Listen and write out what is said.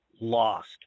lost